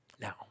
Now